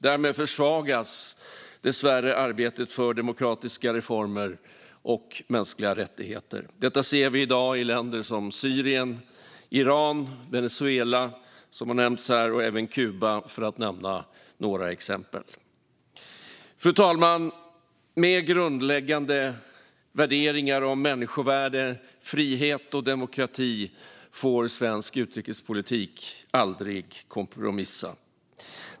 Därmed försvagas dessvärre arbetet för demokratiska reformer och mänskliga rättigheter. Detta ser vi i dag i länder som Syrien, Iran, Venezuela - som har tagits upp här - och även Kuba, för att nämna några exempel. Fru talman! Med grundläggande värderingar om människovärde, frihet och demokrati får svensk utrikespolitik aldrig kompromissa.